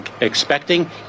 expecting